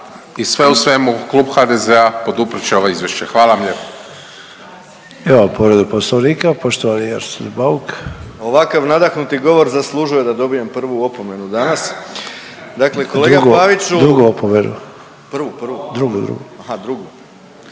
i sve u svemu Klub HDZ-a poduprt će ovo izvješće. Hvala vam